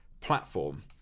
platform